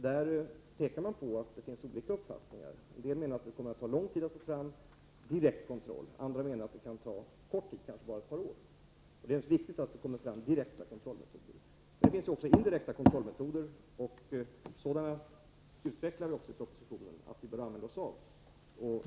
Där pekar man på att det finns olika uppfattningar. En del menar att det kommer att ta lång tid att få fram direkt kontroll, andra menar att det kan ta kort tid, kanske bara ett par år. Det är naturligtvis viktigt att få fram direkta kontrollmetoder. Det finns också indirekta kontrollmetoder, och vi skriver i propositionen att vi bör använda oss av sådana.